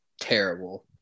terrible